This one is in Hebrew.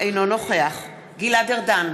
אינו נוכח גלעד ארדן,